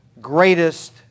greatest